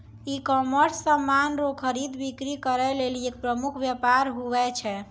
ecommerce समान रो खरीद बिक्री करै लेली एक प्रमुख वेपार हुवै छै